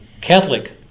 Catholic